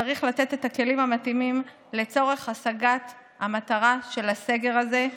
צריך לתת את הכלים המתאימים לצורך השגת המטרה של הסגר הזה,